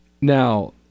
now